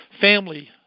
family